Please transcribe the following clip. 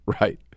right